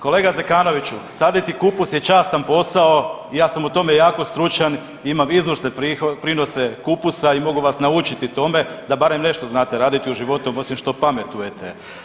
Kolega Zekanoviću, saditi kupus je častan posao i ja sam u tome jako stručan i imam izvrsne prinose kupusa i mogu vas naučiti tome da barem nešto znate raditi u životu osim što pametujete.